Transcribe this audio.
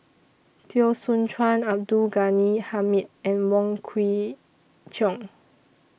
Teo Soon Chuan Abdul Ghani Hamid and Wong Kwei Cheong